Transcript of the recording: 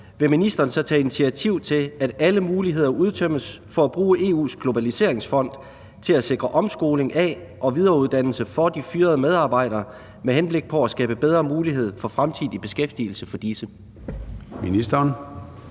vil ministeren så tage initiativ til, at alle muligheder udtømmes for at bruge EU´s globaliseringsfond til at sikre omskoling af og videreuddannelse for de fyrede medarbejdere, med henblik på at skabe bedre mulighed for fremtidig beskæftigelse for disse?